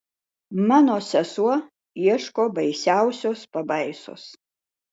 mano sesuo ieško baisiausios pabaisos